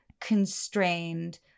constrained